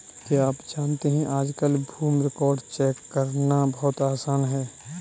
क्या आप जानते है आज कल भूमि रिकार्ड्स चेक करना बहुत आसान है?